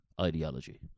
ideology